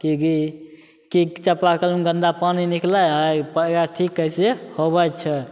कि कि चापाकलमे गन्दा पानी निकलै हइ एकरा ठीक कइसे होबै छै